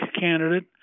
candidate